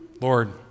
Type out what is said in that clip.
Lord